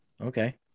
Okay